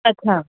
اچھا